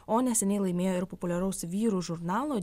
o neseniai laimėjo ir populiaraus vyrų žurnalo